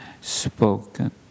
spoken